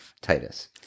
Titus